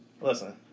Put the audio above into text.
listen